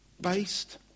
Based